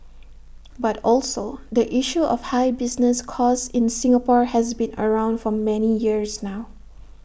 but also the issue of high business costs in Singapore has been around for many years now